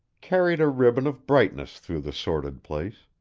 carried a ribbon of brightness through the sordid place.